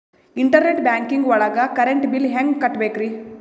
Internet banking ಒಳಗ್ current bill ಹೆಂಗ್ ಕಟ್ಟ್ ಬೇಕ್ರಿ?